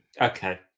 Okay